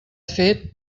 fet